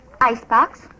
Icebox